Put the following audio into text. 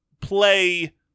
play